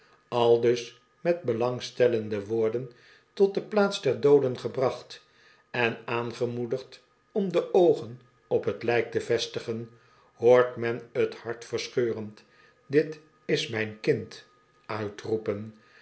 aldus met belangstellende woorden tot de plaats der dooden gebracht en aangemoedigd om de oogen op t lijk te vestigen hoort men t hartverscheurend dit is mijn kind uitroepen